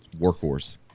Workhorse